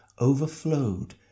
overflowed